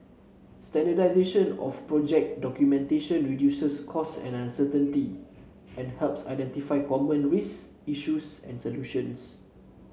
standardisation of project documentation reduces cost and uncertainty and helps identify common risk issues and solutions